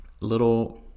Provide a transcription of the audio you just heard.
Little